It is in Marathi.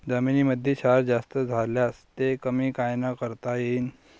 जमीनीमंदी क्षार जास्त झाल्यास ते कमी कायनं करता येईन?